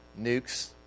Nukes